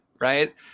right